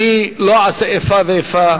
אני לא אעשה איפה ואיפה,